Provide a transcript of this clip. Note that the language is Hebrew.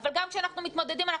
גם כשאנחנו מתמודדים,